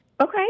Okay